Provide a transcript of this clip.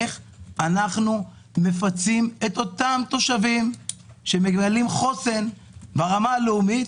איך אנחנו מפצים את התושבים שמגלים חוסן ברמה הלאומית